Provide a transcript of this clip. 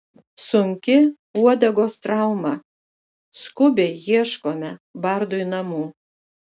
sunki uodegos trauma skubiai ieškome bardui namų